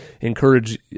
encourage